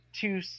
two